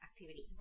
activity